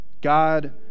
God